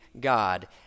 God